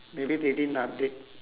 maybe they didn't update